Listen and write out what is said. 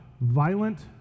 violent